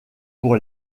pour